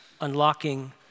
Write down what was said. Unlocking